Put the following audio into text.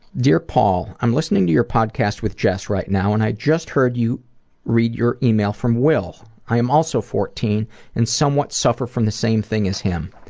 dear paul, i'm listening to your podcast with jess right now, and i just heard you read your email from will. i am also fourteen and somewhat suffer from the same thing as him.